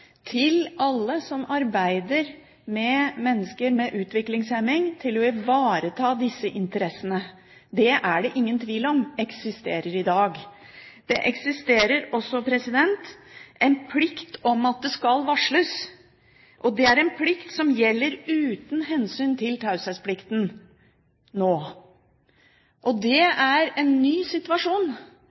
til alle som arbeider med mennesker med utviklingshemming, til å ivareta disse interessene. Den er det ingen tvil om at eksisterer i dag. Det eksisterer også en plikt om at det skal varsles. Det er en plikt som nå gjelder uten hensyn til taushetsplikten. Det er en ny situasjon.